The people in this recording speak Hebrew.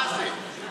מה זה?